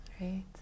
right